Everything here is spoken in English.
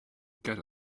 get